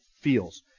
feels